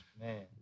Man